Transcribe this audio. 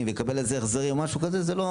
ויקבל על זה החזרים או משהו כזה זה לא,